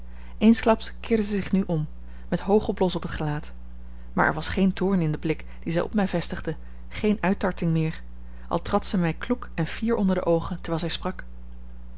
eensklaps keerde zij zich nu om met hoogen blos op t gelaat maar er was geen toorn in den blik dien zij op mij vestigde geene uittarting meer al trad zij mij kloek en fier onder de oogen terwijl zij sprak